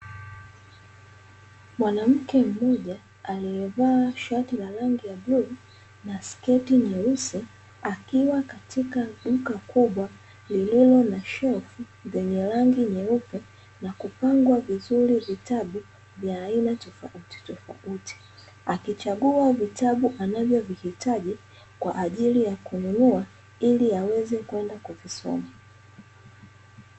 Mwanamke mmoja, aliyevaa shati la rangi ya bluu na sketi nyeusi, akiwa katika duka kubwa lililo na shelfu zenye rangi nyeupe na kupangwa vizuri vitabu vya aina tofautitofauti, akichagua vitabu anavyovihitaji kwa ajili ya kununua ili aweze kwenda kuvisoma.